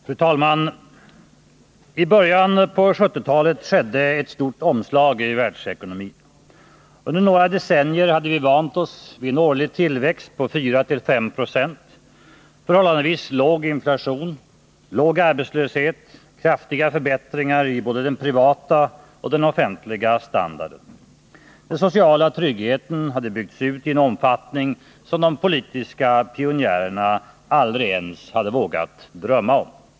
Fru talman! I början på 1970-talet skedde ett stort omslag i världsekonomin. Under några decennier hade vi vant oss vid en årlig tillväxt på 4-5 96, förhållandevis låg inflation, låg arbetslöshet, kraftiga förbättringar i både den privata och den offentliga standarden. Den sociala tryggheten hade byggts ut i en omfattning som de politiska pionjärerna aldrig ens hade vågat drömma om.